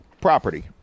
Property